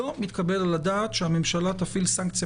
לא מתקבל על הדעת שהממשלה תפעיל סנקציה